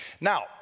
Now